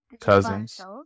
Cousins